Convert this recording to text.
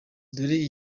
dore